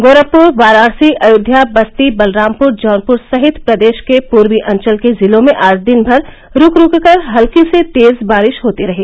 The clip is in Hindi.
गोरखपुर वाराणसी अयोध्या बस्ती बलरामपुर जौनपुर सहित प्रदेश के पूर्वी अंचल के जिलों में आज दिन भर रूक रूक कर हल्की से तेज बारिश होती रही